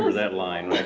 that line